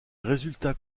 résultats